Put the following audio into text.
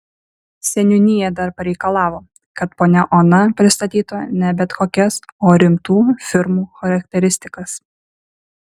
seniūnija dar pareikalavo kad ponia ona pristatytų ne bet kokias o rimtų firmų charakteristikas